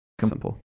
Simple